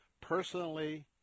personally